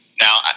Now